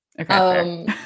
Okay